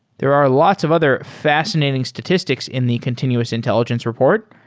there are lots of other fascinating statistics in the continuous intelligence report,